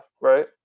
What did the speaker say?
right